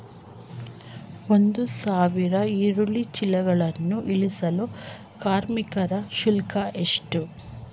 ಒಂದು ಸಾವಿರ ಈರುಳ್ಳಿ ಚೀಲಗಳನ್ನು ಇಳಿಸಲು ಕಾರ್ಮಿಕರ ಶುಲ್ಕ ಎಷ್ಟು?